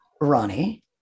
Ronnie